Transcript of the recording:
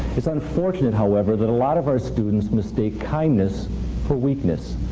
it's unfortunate, however, that a lot of our students mistake kindness for weakness.